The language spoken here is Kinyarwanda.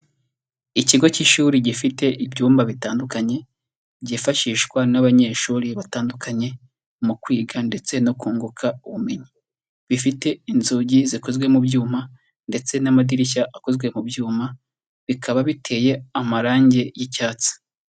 Ikigo cy'ishuri gifite ibyumba bitandukanye byifashishwa n'abanyeshuri batandukanye mu kwiga ndetse no kunguka ubumenyi, bifite inzugi zikozwe mu byuma ndetse n'amadirishya akozwe mu byuma, bikaba biteye amarangi y'icyatsi.